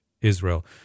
Israel